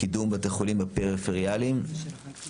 קידום בתי החולים הפריפריאליים ועוד.